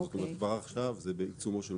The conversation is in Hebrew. --- כבר עכשיו התהליך בעיצומו.